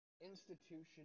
institution